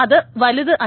അത് വലുത് അല്ല